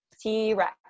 t-rex